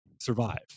survive